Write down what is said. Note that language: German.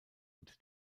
und